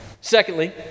Secondly